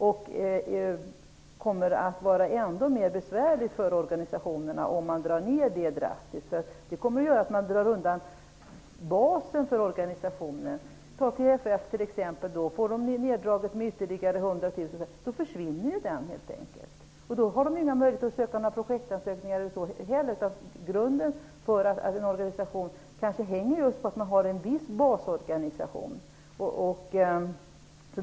Det kommer att vara ännu besvärligare för organisationerna om dessa bidrag dras ned drastiskt. Det kommer att göra att basen dras undan för organisationerna. Om t.ex. TFF får ytterligare neddragningar på 100 000 försvinner den organisationen. Då finns det inga möjligheter att söka projektbidrag heller. Grunden för att en organisation skall kunna finna kanske just är att det finns en viss basorganisation.